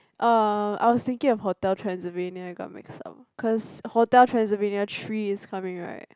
uh I was thinking of Hotel Transylvania I got myself cause Hotel Transylvania three is coming right